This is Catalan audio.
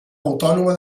autònoma